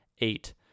eight